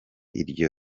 iryo